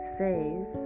says